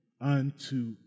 unto